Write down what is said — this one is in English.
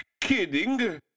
kidding